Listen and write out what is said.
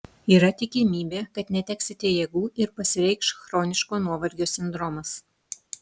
yra tikimybė kad neteksite jėgų ir pasireikš chroniško nuovargio sindromas